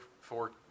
four